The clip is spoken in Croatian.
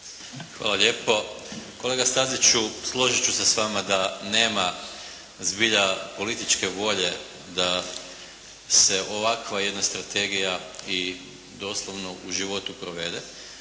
Hvala lijepo. Kolega Staziću složit ću se s vama da nema zbilja političke volje da se ovakva jedna strategija i doslovno u životu provede.